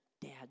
Dad